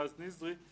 רז נזרי,